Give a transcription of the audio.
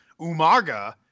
Umaga